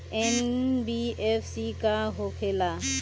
NBFC का होंखे ला?